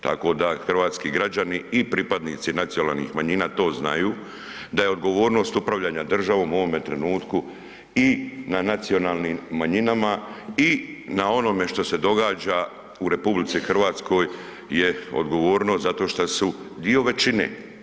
Tako da hrvatski građani i pripadnici nacionalnih manjina to znaju, da je odgovornost upravljanja državom u ovome trenutku i na nacionalnim manjinama i na onome što se događa u RH je odgovornost, zato što su dio većine.